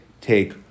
take